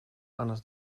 annars